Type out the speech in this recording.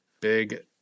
Big